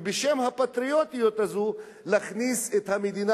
ובשם הפטריוטיות הזו להכניס את המדינה